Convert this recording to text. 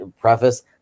preface